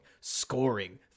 scoring